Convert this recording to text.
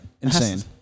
Insane